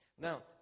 Now